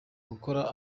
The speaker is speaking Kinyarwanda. gukora